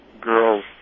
girls